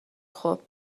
خوب